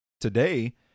today